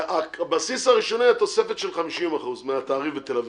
הבסיס הראשוני היה תוספת של 50% מהתעריף בתל אביב.